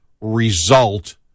result